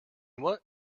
what